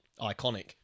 iconic